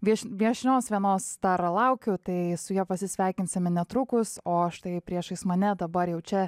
viešn viešnios dar laukiau tai su ja pasisveikinsime netrukus o štai priešais mane dabar jau čia